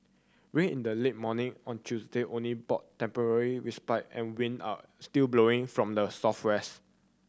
rain in the late morning on Tuesday only brought temporary respite and wind are still blowing from the southwest